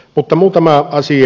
mutta muutama asia